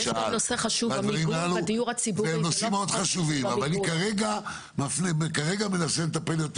הדברים הללו הם נושאים חשובים אבל אני כרגע מנסה להסתכל,